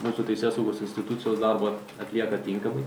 mūsų teisėsaugos institucijos darbą atlieka tinkamai